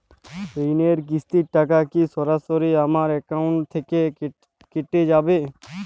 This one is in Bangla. ঋণের কিস্তির টাকা কি সরাসরি আমার অ্যাকাউন্ট থেকে কেটে যাবে?